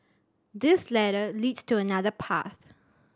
this ladder leads to another path